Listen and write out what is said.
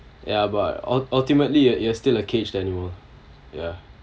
ya but all ultimately you are still a cage anymore ya